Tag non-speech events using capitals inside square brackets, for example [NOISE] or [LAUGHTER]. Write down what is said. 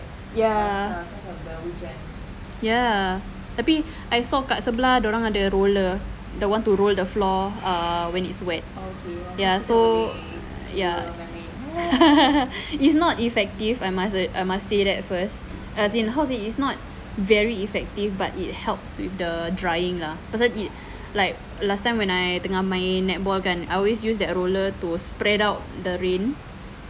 ya ya tapi I saw kat sebelah dorang ada roller the want to roll the floor err when it's wet ya so ya [LAUGHS] it's not effective I must I must say that first as in how to say it's not very effective but it helps with the drying ah pasal it like last time when I tengah main netball kan I always use that roller to spread out the rain